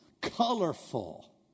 colorful